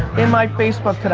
in my facebook